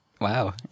Wow